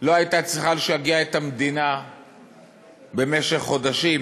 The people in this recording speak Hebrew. לא הייתה צריכה לשגע את המדינה במשך חודשים